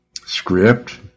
script